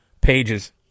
pages